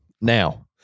Now